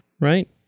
Right